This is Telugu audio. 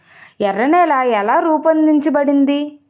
ఎర్ర నేల ఎలా రూపొందించబడింది?